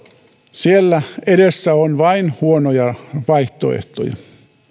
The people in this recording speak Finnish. siellä edessä on vain huonoja vaihtoehtoja